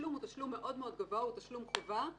התשלום הוא תשלום מאוד-מאוד גבוה, הוא תשלום חובה.